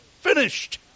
finished